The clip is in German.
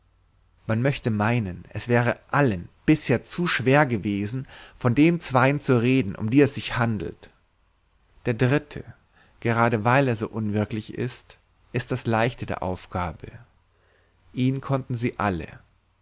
man möchte meinen es wäre allen bisher zu schwer gewesen von den zweien zu reden um die es sich handelt der dritte gerade weil er so unwirklich ist ist das leichte der aufgabe ihn konnten sie alle